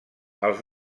als